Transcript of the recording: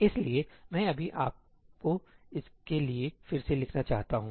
इसलिए मैं अभी आपको इसके लिए फिर से लिखना चाहता हूं